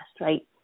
right